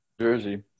jersey